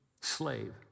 slave